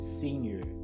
senior